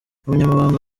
umunyamabanga